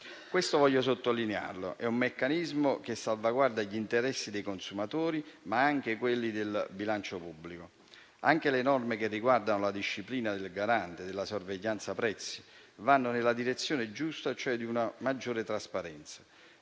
Desidero sottolineare che questo meccanismo salvaguarda gli interessi dei consumatori, ma anche quelli del bilancio pubblico. Anche le norme che riguardano la disciplina del Garante per la sorveglianza dei prezzi vanno nella direzione giusta, cioè quella di una maggiore trasparenza.